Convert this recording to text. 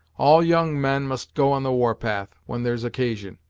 all young men must go on the war-path, when there's occasion,